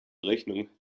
rechnung